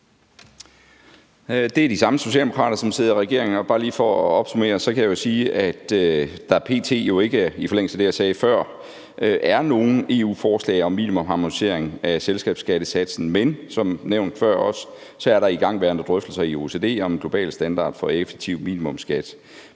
Det er de samme socialdemokrater, som sidder i regering, og bare lige for at opsummere kan jeg sige, at der i forlængelse af det, jeg sagde før, p.t. jo ikke er nogen EU-forslag om minimumharmonisering af selskabsskattesatsen, men som nævnt før også er der igangværende drøftelser i OECD om en global standard for effektiv minimumskat.